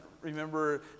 remember